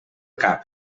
cap